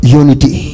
unity